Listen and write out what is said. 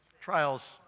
Trials